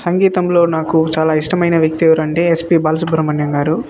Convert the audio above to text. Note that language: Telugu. సంగీతంలో నాకు చాలా ఇష్టమైన వ్యక్తి ఎవరంటే ఎస్పి బాలసుబ్రమణ్యం గారు